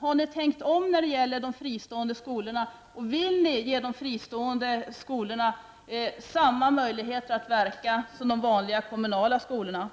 Har ni tänkt om i frågan om de fristående skolorna, och vill ni ge dem samma möjligheter att verka som de vanliga kommunala skolorna?